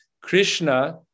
Krishna